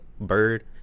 bird